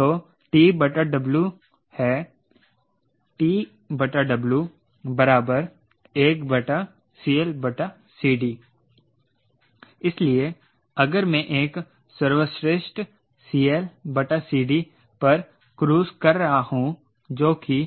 तो TW है TW 1CLCD इसलिए अगर मैं एक सर्वश्रेष्ठ CLCD पर क्रूज़ कर रहा हूं जो कि